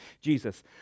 Jesus